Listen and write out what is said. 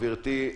גברתי.